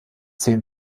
zehn